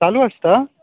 चालू आसता